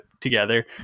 together